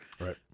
Right